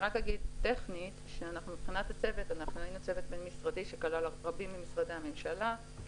אנחנו היינו צוות בין-משרדי שכלל רבים ממשרדי הממשלה: